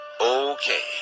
Okay